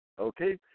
Okay